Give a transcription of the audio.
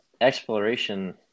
exploration